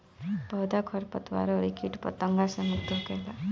पौधा खरपतवार अउरी किट पतंगा से मुक्त होखेला